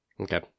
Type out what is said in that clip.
Okay